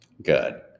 Good